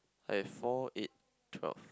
I have four eight twelve